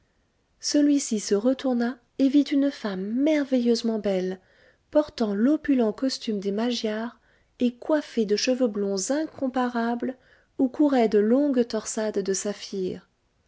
celui-ci se retourna et vit une femme merveilleusement belle portant l'opulent costume des magyares et coiffée de cheveux blonds incomparables où couraient de longues torsades de